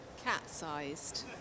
Cat-sized